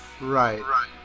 Right